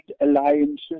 alliances